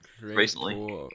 Recently